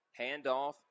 Handoff